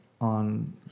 on